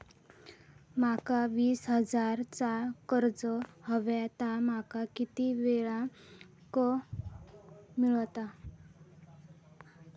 माका वीस हजार चा कर्ज हव्या ता माका किती वेळा क मिळात?